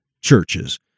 churches